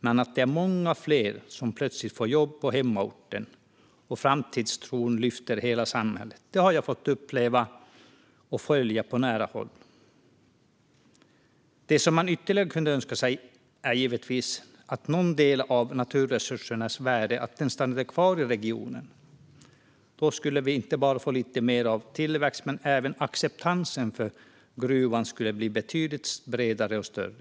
Men att det är många fler som plötsligt får jobb på hemmaorten och att framtidstron lyfter hela samhället har jag fått uppleva och följa på nära håll. Det som man ytterligare kunde önska sig är givetvis att någon del av naturresursernas värde stannade kvar i regionen. Då skulle vi inte bara få lite mer tillväxt, utan acceptansen för gruvan skulle även bli betydligt bredare och större.